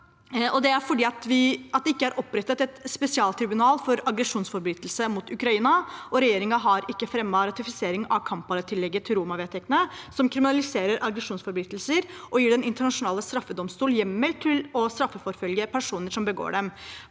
Det er fordi det ikke er opprettet et spesialtribunal for aggresjonsforbrytelser mot Ukraina, og regjeringen har ikke fremmet ratifisering av Kampala-tillegget til Roma-vedtektene, som kriminaliserer aggresjonsforbrytelser og gir Den internasjonale straffedomstolen hjemmel til å straffeforfølge personer som begår dem.